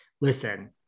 Listen